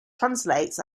translates